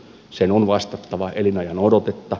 sen on vastattava elinajanodotetta